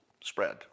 spread